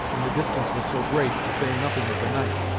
and the distance was so great, to say nothing of the night?